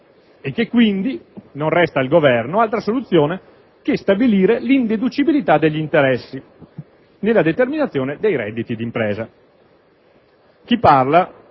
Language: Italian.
e che, quindi, non resta al Governo altra soluzione che stabilire l'indeducibilità degli interessi nella determinazione dei redditi d'impresa. Chi parla,